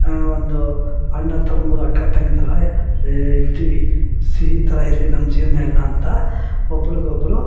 ಒಂದು ಅಣ್ಣ ತಮ್ಮಂದಿರು ಅಕ್ಕ ತಂಗಿ ಥರಾಯೇ ಏ ಇರ್ತೀವಿ ಸಿಹಿ ಥರ ಇರಲಿ ನಮ್ಮ ಜೀವನ ಎಲ್ಲ ಅಂತ ಒಬ್ರಿಗೊಬ್ರು